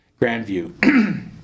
Grandview